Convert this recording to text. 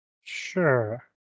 Sure